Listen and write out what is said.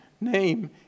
name